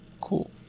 cool